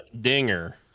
Dinger